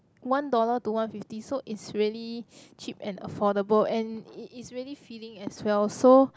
one dollar to one fifty so is really cheap and affordable and it is really filling as well so